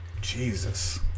Jesus